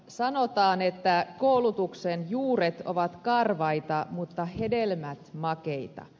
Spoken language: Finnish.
sanotaan että koulutuksen juuret ovat karvaita mutta hedelmät makeita